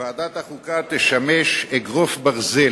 ועדת החוקה תשמש אגרוף ברזל